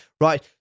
right